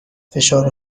فشار